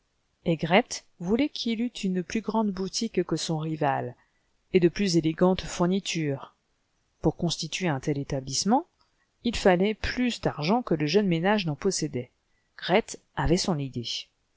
grethe voulait qu'il eût une pus grande boutique que son rival et de plus élégantes fournitures pour constituer un tel établissement il fallait plus d'argent que le jeune ménage n'en possédait grethe avait son idée